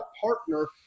partner